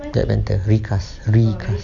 tak dia akan recast recast